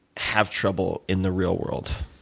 have trouble in the real world?